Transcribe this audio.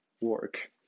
work